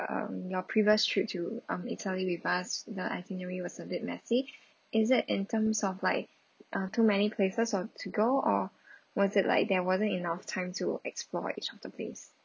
um your previous trip to um italy with us the itinerary was a bit messy is it in terms of like uh too many places or to go or was it like there wasn't enough time to explore each of the place